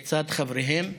לצד חבריהן ברשימה,